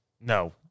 No